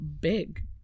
big